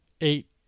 eight